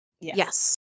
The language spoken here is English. Yes